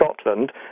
Scotland